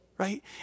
Right